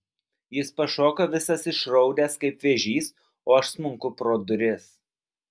jis pašoka visas išraudęs kaip vėžys o aš smunku pro duris